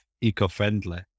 eco-friendly